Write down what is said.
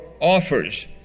offers